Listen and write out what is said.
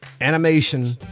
animation